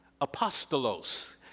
Apostolos